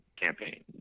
campaign